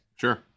Sure